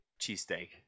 Cheesesteak